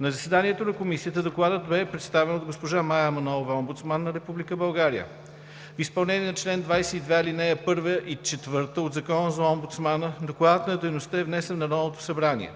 На заседанието на Комисията докладът бе представен от госпожа Мая Манолова – омбудсман на Република България. В изпълнение на чл. 22, ал.1 и 4 от Закона за омбудсмана, докладът за дейността е внесен в Народното събрание.